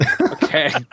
Okay